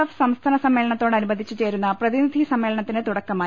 F സംസ്ഥാന സമ്മേളനത്തോടനുബന്ധിച്ച് ചേരുന്ന പ്രതിനിധി സമ്മേളനത്തിന് തുടക്കമായി